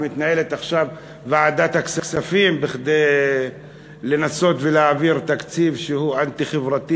ומתנהלת עכשיו ועדת הכספים כדי לנסות ולהעביר תקציב שהוא אנטי-חברתי